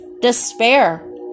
despair